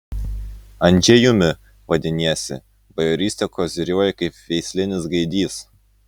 andžejumi vadiniesi bajoryste koziriuoji kaip veislinis gaidys